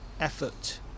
effort